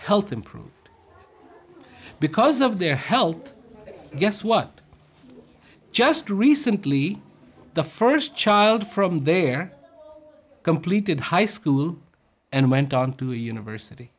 health improved because of their health guess what just recently the first child from their completed high school and went on to university